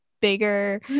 bigger